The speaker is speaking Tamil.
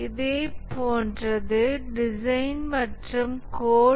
இதே போன்றது டிசைன் மற்றும் கோட்